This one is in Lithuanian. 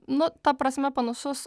nu ta prasme panašus